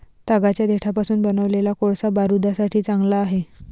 तागाच्या देठापासून बनवलेला कोळसा बारूदासाठी चांगला आहे